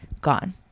gone